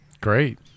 Great